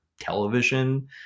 television